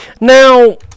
Now